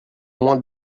moins